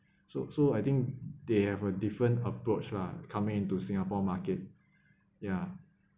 so so I think they have a different approach lah coming into singapore market ya